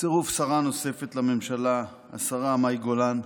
צירוף שרה נוספת לממשלה, השרה מאי גולן,